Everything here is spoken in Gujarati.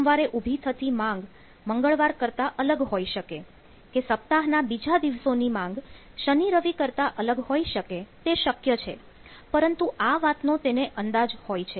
સોમવારે ઉભી થતી માંગ મંગળવાર કરતાં અલગ હોઈ શકે કે સપ્તાહના બીજા દિવસોની માંગ શનિ રવિ કરતાં અલગ હોઈ શકે તે શક્ય છે પરંતુ આ વાત નો તેને અંદાજ હોય છે